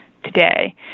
today